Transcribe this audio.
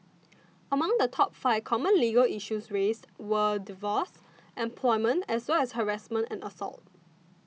among the top five common legal issues raised were divorce employment as well as harassment and assault